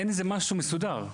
אין איזה משהו מסודר,